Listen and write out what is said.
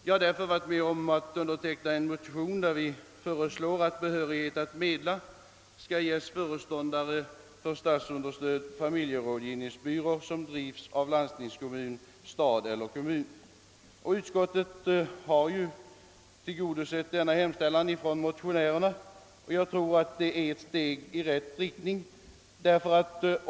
Jag har därför undertecknat en motion, i vilken föreslås att behörighet att medla skall ges föreståndare för statsunderstödd familjerådgivningsbyrå som drivs av landstingskommun, stad eller kommun. Utskottet har biträtt detta motionsyrkande, och jag tror att det är ett steg i rätt riktning.